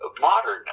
Modern